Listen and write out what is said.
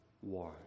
one